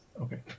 Okay